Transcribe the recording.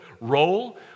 role